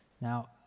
Now